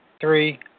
Three